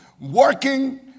working